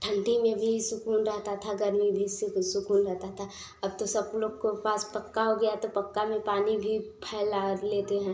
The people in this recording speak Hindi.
ठंडी में भी सुकून रहता था गर्मी भी सुकून रहता था अब तो सब लोग को पास पक्का हो गया है तो पक्का में पानी भी फैला लेते हैं